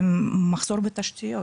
מחסור בתשתיות,